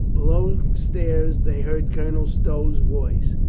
below stairs they heard colonel stow's voice.